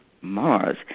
Mars